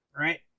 Right